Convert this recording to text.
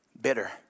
bitter